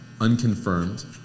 unconfirmed